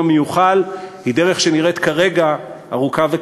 המיוחל היא דרך שנראית כרגע ארוכה וקשה".